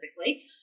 specifically